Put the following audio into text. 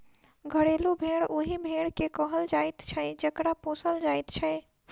घरेलू भेंड़ ओहि भेंड़ के कहल जाइत छै जकरा पोसल जाइत छै